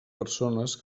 persones